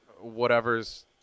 whatever's